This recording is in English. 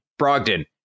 Brogdon